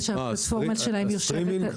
אלה שהפלטפורמה שלהן יושבת --- הסטרימינג?